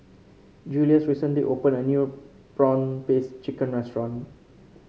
Julious recently opened a new prawn paste chicken restaurant